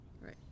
right